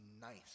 nice